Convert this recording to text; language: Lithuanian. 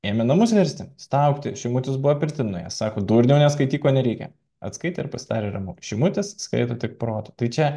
ėmė namus versti staugti šimutis buvo pirtin nuėjęs sako durniau neskaityk ko nereikia atskaitė ir pasidarė ramu šimutis skaito tik protu tai čia